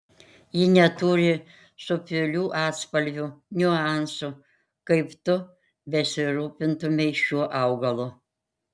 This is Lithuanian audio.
ji neturi subtilių atspalvių niuansų kaip tu besirūpintumei šiuo augalu